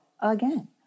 again